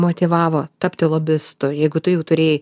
motyvavo tapti lobistu jeigu tu jau turėjai